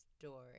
story